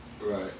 Right